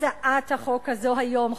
הצעת החוק הזאת היום,